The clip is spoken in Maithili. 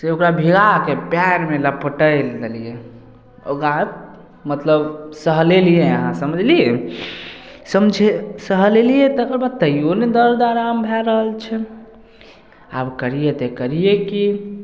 से ओकरा भीड़ाके पयरमे लपटाय देलियै ओकरा मतलब सहलेलियै अहाँ समझलियै समझे सहलेलियै तकर बाद तइयो ने दर्द आराम भऽ रहल छै आब करियै तऽ करियै की